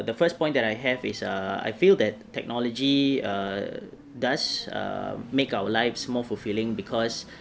the first point that I have is uh I feel that technology err does err make our lives more fulfilling because